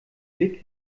blick